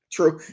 True